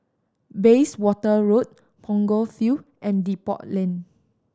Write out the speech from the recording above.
Bayswater Road Punggol Field and Depot Lane